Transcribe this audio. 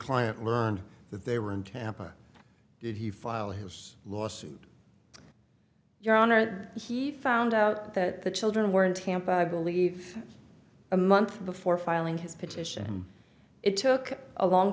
client learned that they were in tampa did he file his lawsuit your honor he found out that the children were in tampa i believe a month before filing his petition and it took a long